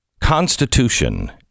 Constitution